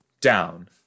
down